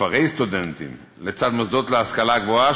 כפרי-סטודנטים לצד המוסדות להשכלה גבוהה,